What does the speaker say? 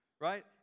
right